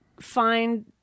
find